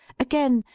again,